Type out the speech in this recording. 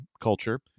culture